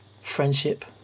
friendship